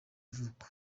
ivuko